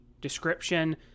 description